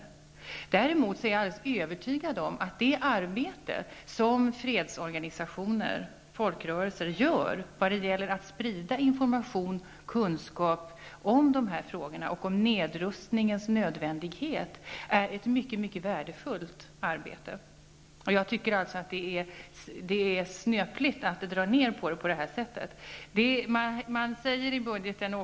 Jag är däremot alldeles övertygad om att det arbete som fredsorganisationer och folkrörelser lägger ned när det gäller att sprida information och kunskap om nedrustningens nödvändighet är mycket värdefullt. Det är snöpligt att på det här sättet dra ned på resurserna.